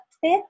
fifth